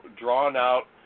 drawn-out